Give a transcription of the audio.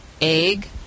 egg